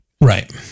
Right